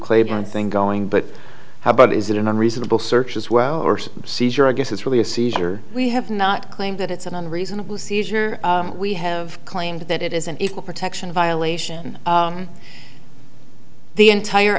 claiborne thing going but how about is it an unreasonable search as well or seizure i guess it's really a seizure we have not claimed that it's an unreasonably seizure we have claimed that it is an equal protection violation the entire